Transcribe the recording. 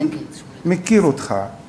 זה, 1. הדבר השני שרציתי לציין,